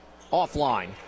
offline